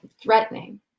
threatening